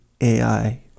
AI